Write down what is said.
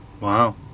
wow